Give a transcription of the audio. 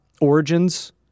Origins